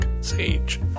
Sage